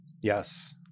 yes